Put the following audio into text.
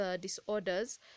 disorders